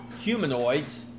humanoids